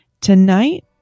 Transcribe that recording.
Tonight